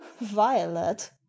violet